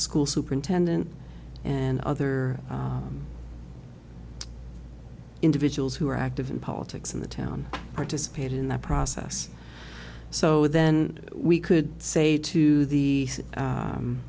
school superintendent and other individuals who were active in politics in the town participate in the process so then we could say to the